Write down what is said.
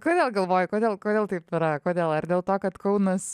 kodėl galvoji kodėl kodėl taip yra kodėl ar dėl to kad kaunas